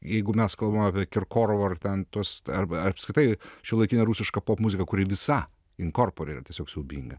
jeigu mes kalbam apie kirkorovą ar ten tuos arba apskritai šiuolaikinė rusiška popmuzika kuri visa inkorporė tiesiog siaubinga